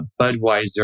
Budweiser